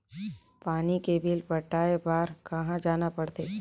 पानी के बिल पटाय बार कहा जाना पड़थे?